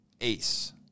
ace